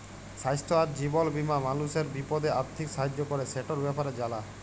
স্বাইস্থ্য আর জীবল বীমা মালুসের বিপদে আথ্থিক সাহায্য ক্যরে, সেটর ব্যাপারে জালা